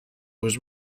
was